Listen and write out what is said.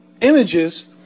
images